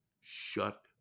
shut